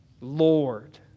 Lord